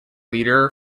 leader